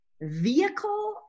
Vehicle